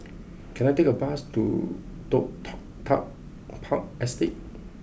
can I take a bus to Toh tall Tuck Park Estate